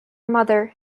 mother